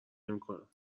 نمیکنم